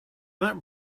that